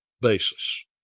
basis